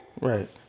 Right